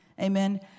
Amen